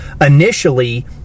Initially